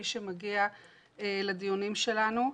מי שמגיע לדיונים שלנו.